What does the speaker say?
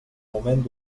moment